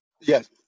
Yes